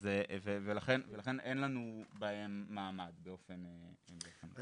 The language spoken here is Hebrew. אז לכן אין לנו בהם מעמד באופן אישי.